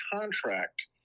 contract